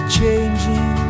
changing